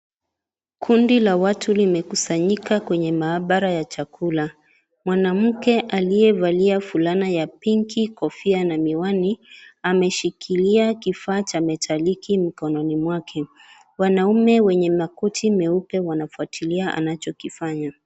Kundi la watu limekusanyika kwenye maabara ya chakula, mwanamke aliyevalia fulana ya pinki kofia na miwani ameshikilia kifaa cha metaliki mkononi mwake, wanaume wenye makoti meupe wanafuatilia anachokifanya.